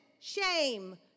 shame